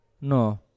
no